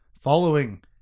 following